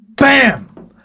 BAM